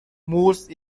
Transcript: moose